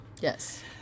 Yes